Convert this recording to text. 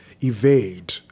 evade